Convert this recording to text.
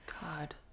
God